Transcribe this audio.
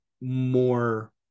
more